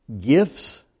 gifts